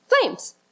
Flames